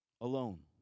alone